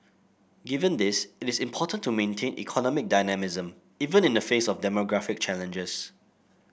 given this it is important to maintain economic dynamism even in the face of demographic challenges